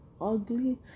ugly